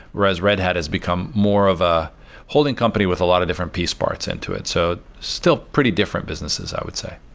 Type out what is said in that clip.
whereas red hat has become more of a holding company with a lot of different piece parts into it. so still pretty different businesses i would say.